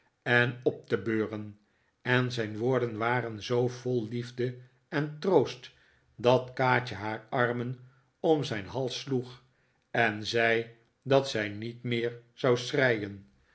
en op te beuren en zijn woorden waren zoo vol liefde en troost dat kaatje haar armen om zijn hals sloeg en zei dat zij niet meer zou